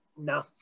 no